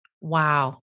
Wow